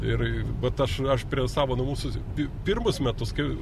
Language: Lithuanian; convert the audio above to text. ir vat aš aš prie savo namų susi pirmus metus kai